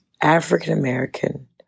African-American